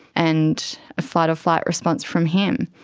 and a fight-or-flight response from him.